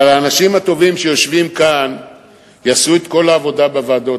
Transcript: אבל האנשים הטובים שיושבים כאן יעשו את כל העבודה בוועדות,